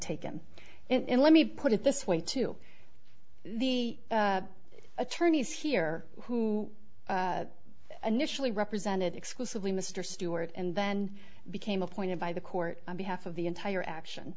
taken and let me put it this way to the attorneys here who initially represented exclusively mr stewart and then became appointed by the court on behalf of the entire action